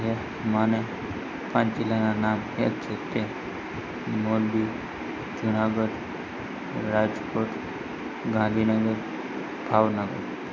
જે મને પાંચ જિલ્લાનાં નામ યાદ છે તે મોરબી જુનાગઢ રાજકોટ ગાંધીનગર ભાવનગર